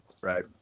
right